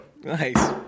Nice